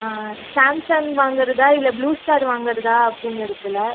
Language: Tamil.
ஆ சாம்சங் வாங்கறதா இல்லை ப்ளூ ஸ்டார் வாங்கறதா அப்படிங்கிறதுல